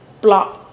block